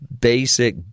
basic